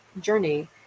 journey